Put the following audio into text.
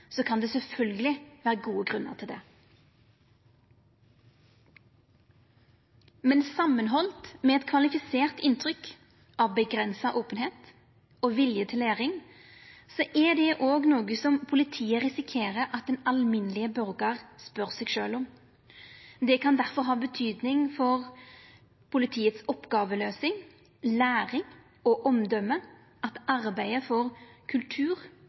kan det sjølvsagt vera gode grunnar til det. Men halde opp mot eit kvalifisert inntrykk av avgrensa openheit og vilje til læring er dette også noko som politiet risikerer at den alminnelege borgaren spør seg sjølv om. Det kan difor ha betyding for både politiets oppgåveløysing, læring og omdømme at arbeidet for ein kultur